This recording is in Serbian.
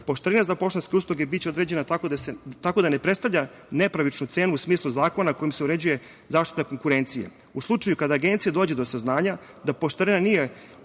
poštarina za poštanske usluge biće određena tako da ne predstavlja nepravičnu cenu u smislu zakona kojim se uređuje zaštita konkurencije. U slučaju kada Agencija dođe do saznanja da poštarina nije određena